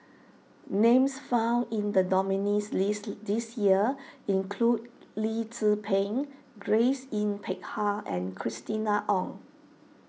names found in the nominees' list this year include Lee Tzu Pheng Grace Yin Peck Ha and Christina Ong